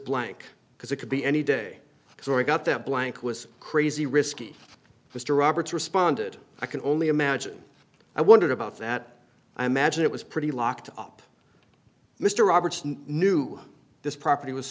blank because it could be any day so i got that blank was crazy risky mr roberts responded i can only imagine i wondered about that i magine it was pretty locked up mr robert knew this property was